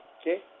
okay